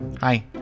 Hi